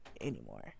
anymore